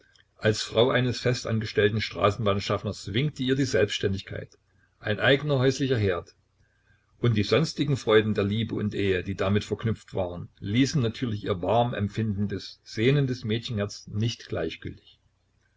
als frau eines festangestellten straßenbahnschaffners winkte ihr die selbständigkeit ein eigener häuslicher herd und die sonstigen freuden der liebe und ehe die damit verknüpft waren ließen natürlich ihr warm empfindendes sehnendes mädchenherz nicht gleichgültig